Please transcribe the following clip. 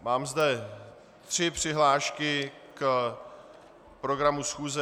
Mám zde tři přihlášky k programu schůze.